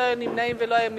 לא היו נמנעים ולא היו מתנגדים.